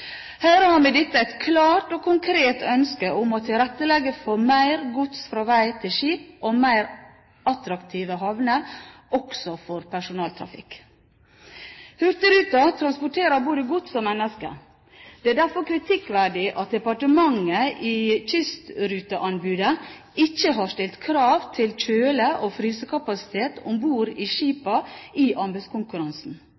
har med dette et klart og konkret ønske om å tilrettelegge for mer gods fra vei til skip og mer attraktive havner også for persontrafikk. Hurtigruten transporterer både gods og mennesker. Det er derfor kritikkverdig at departementet i kystruteanbudet ikke har stilt krav til kjøle- og frysekapasitet om bord i